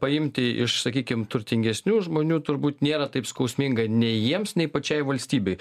paimti iš sakykime turtingesnių žmonių turbūt nėra taip skausmingai nei jiems nei pačiai valstybei